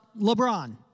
LeBron